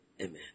Amen